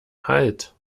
halt